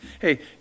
hey